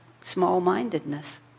small-mindedness